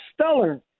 stellar